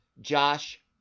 Josh